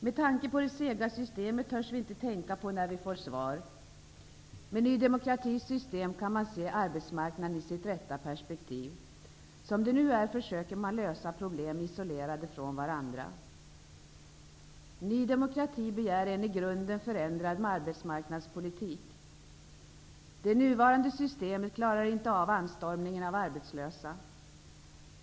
Med tanke på det sega systemet törs vi inte tänka på när vi får svar. Med Ny demokratis system kan man se arbetsmarknaden i sitt rätta perspektiv. Som det nu är försöker man lösa problem isolerade från varandra. Ny demokrati begär en i grunden förändrad arbetsmarknadspolitik. Det nuvarande systemet klarar inte av anstormningen av arbetslösa.